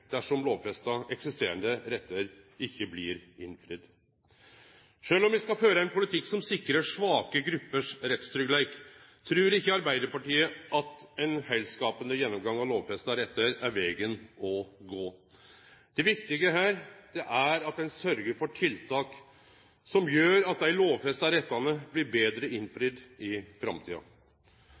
dersom lovfesta eksisterande rettar ikkje blir innfridde. Sjølv om me skal føre ein politikk som sikrar svake grupper sin rettstryggleik, trur ikkje Arbeidarpartiet at ein heilskapsgjennomgang av lovfesta rettar er vegen å gå. Det viktige her er at ein sørgjer for tiltak som gjer at dei lovfesta rettane blir betre innfridde i framtida.